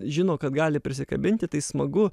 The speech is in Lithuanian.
žino kad gali prisikabinti tai smagu